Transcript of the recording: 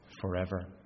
forever